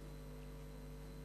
להסביר למה הקמנו את הגדר.